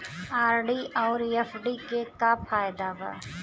RD आउर FD के का फायदा बा?